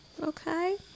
Okay